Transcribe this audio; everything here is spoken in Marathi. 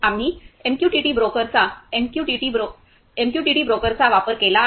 आम्ही एमक्यूटीटी ब्रोकरचा वापर केला आहे